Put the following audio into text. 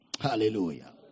hallelujah